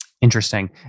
Interesting